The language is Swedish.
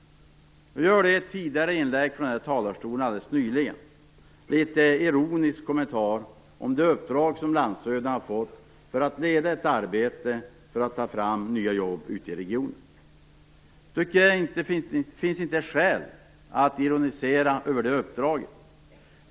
I ett tidigare inlägg kunde vi nyss höra en ironisk kommentar om det uppdrag som landshövdingarna fått att inleda ett arbete för att ta fram nya jobb ute i regionerna. Det finns inga skäl att ironisera över det uppdraget.